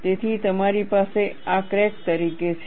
તેથી મારી પાસે આ ક્રેક તરીકે છે